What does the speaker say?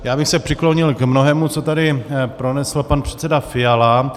Já bych se přiklonil k mnohému, co tady pronesl pan předseda Fiala.